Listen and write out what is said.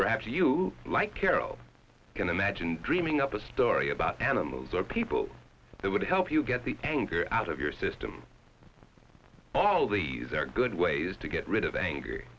perhaps you like carol can imagine dreaming up a story about animals or people that would help you get the anger out of your system all these are good ways to get rid of ang